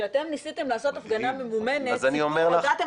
כשאתם ניסיתם לעשות הפגנה ממומנת הודעתם